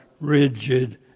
rigid